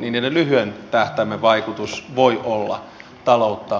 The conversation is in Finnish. niin niiden lyhyen tähtäimen vaikutus voi olla taloutta supistava